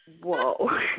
Whoa